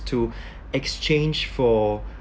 to exchange for